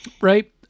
Right